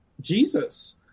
Jesus